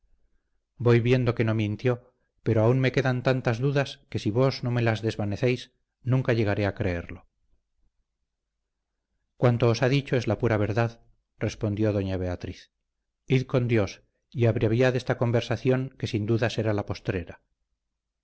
voy viendo que no mintió pero aún me quedan tantas dudas que si vos no me las desvanecéis nunca llegaré a creerlo cuanto os ha dicho es la pura verdad respondió doña beatriz id con dios y abreviad esta conversación que sin duda será la postrera